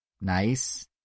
nice